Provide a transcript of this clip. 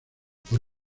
por